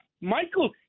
Michael